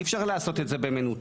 אי אפשר לעשות את זה במנותק.